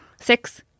six